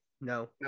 No